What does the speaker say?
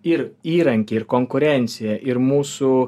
ir įrankiai ir konkurencija ir mūsų